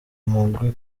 mugwi